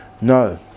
no